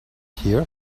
here